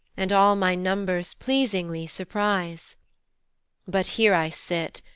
and all my numbers pleasingly surprise but here i sit,